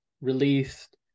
released